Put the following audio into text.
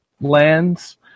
lands